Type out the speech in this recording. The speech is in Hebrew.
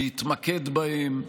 להתמקד בהם.